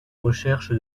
recherche